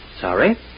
Sorry